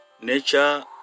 nature